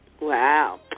Wow